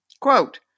quote